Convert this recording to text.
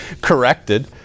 corrected